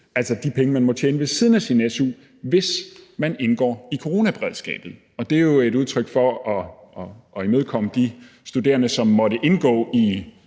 altså de penge, man må tjene ved siden af sin su, hvis man indgår i coronaberedskabet. Og det er jo for at imødekomme de studerende, som måtte indgå i